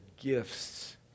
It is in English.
gifts